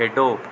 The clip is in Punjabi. ਖੇਡੋ